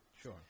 Sure